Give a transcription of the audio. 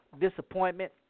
disappointment